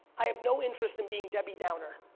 i have no interest in being debbie downer.